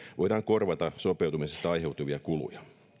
voidaan korvata sopeutumisesta aiheutuvia kuluja